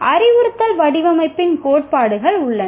அறிவுறுத்தல் வடிவமைப்பின் கோட்பாடுகள் உள்ளன